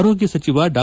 ಆರೋಗ್ಯ ಸಚಿವ ಡಾ